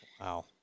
Wow